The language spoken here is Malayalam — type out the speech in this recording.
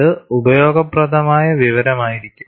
അത് ഉപയോഗപ്രദമായ വിവരമായിരിക്കും